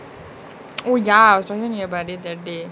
oh ya so have your near the but it that day